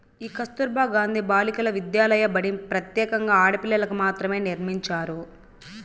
ఈ కస్తుర్బా గాంధీ బాలికా విద్యాలయ బడి ప్రత్యేకంగా ఆడపిల్లలకు మాత్రమే నిర్మించారు